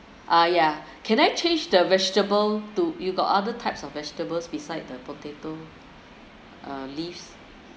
ah ya can I change the vegetable to you got other types of vegetables beside the potato uh leaves